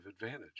advantage